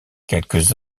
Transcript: quelques